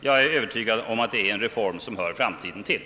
Jag är övertygad om att det är en reform som hör framtiden till.